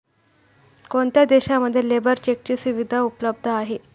कोणत्या देशांमध्ये लेबर चेकची सुविधा उपलब्ध आहे?